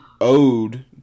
ode